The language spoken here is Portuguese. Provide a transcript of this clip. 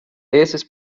esses